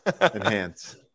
Enhance